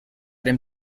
dem